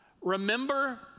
remember